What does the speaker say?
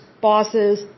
bosses